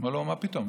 אמרו לו: מה פתאום?